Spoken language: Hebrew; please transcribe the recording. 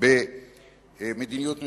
במדיניות ממשלתית.